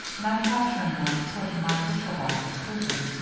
and i'm capturing them to put in my bushel-basket prison.